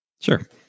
Sure